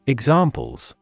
Examples